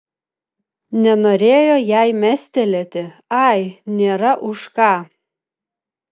nenorėjo jai mestelėti ai nėra už ką